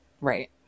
right